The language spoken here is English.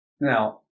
Now